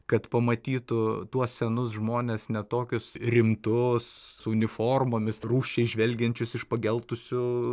kad pamatytų tuos senus žmones ne tokius rimtus su uniformomis rūsčiai žvelgiančius iš pageltusių